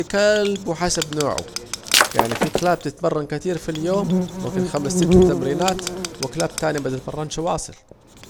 كل كاالب وحسب نوعه، يعني في كلاب تتمرن كتير في اليوم يمكن خمس ست تمرينات وكلاب تانية متتمرنش واصل